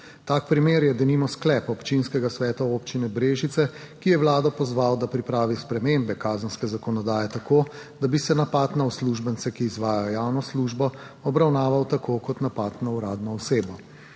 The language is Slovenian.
Tak primer je denimo sklep Občinskega sveta Občine Brežice, ki je Vlado pozval, da pripravi spremembe kazenske zakonodaje tako, da bi se napad na uslužbence, ki izvajajo javno službo, obravnaval tako kot napad na uradno osebo.